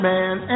Man